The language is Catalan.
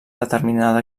determinada